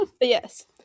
Yes